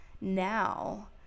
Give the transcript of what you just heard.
now